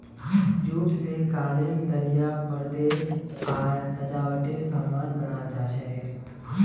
jute स कालीन दरियाँ परदे आर सजावटेर सामान बनाल जा छेक